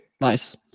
nice